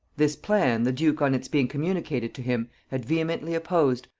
this plan the duke on its being communicated to him had vehemently opposed,